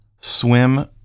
swim